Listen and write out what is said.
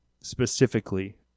specifically